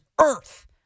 earth